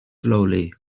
slowly